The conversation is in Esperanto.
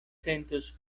sentos